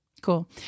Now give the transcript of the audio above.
Cool